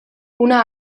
una